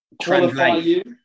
translate